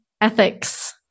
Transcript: ethics